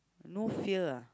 no fear ah